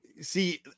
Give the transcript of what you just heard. See